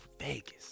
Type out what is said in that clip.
Vegas